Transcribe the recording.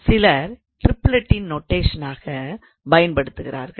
சிலர் டிரிப்லெட்டின் நொட்டேஷனாக பயன்படுத்துகிறார்கள்